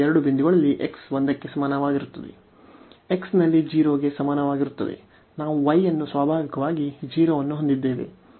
x ನಲ್ಲಿ 0 ಗೆ ಸಮನಾಗಿರುತ್ತದೆ ನಾವು y ಅನ್ನು ಸ್ವಾಭಾವಿಕವಾಗಿ 0 ಅನ್ನು ಹೊಂದಿದ್ದೇವೆ